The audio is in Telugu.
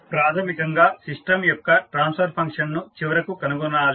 ప్రాథమికంగా సిస్టం యొక్క ట్రాన్స్ఫర్ ఫంక్షన్ను చివరకు కనుగొనాలి